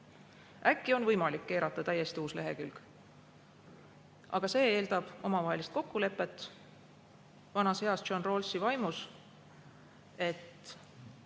Äkki on võimalik keerata täiesti uus lehekülg. Aga see eeldab omavahelist kokkulepet vanas heas John Rawlsi vaimus, et